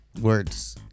Words